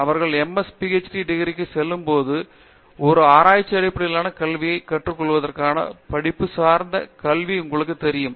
அவர்கள் ஒரு MS மற்றும் PhD டிகிரிக்கு செல்லும்போது ஒரு ஆராய்ச்சி அடிப்படையிலான கல்வியைக் கற்றுக்கொள்வதற்கான படிப்பு சார்ந்த கல்வி உங்களுக்கு தெரியும்